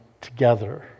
together